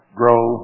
grow